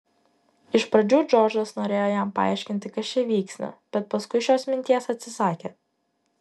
iš pradžių džordžas norėjo jam paaiškinti kas čia vyksta bet paskui šios minties atsisakė